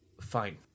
Fine